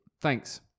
Thanks